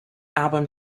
album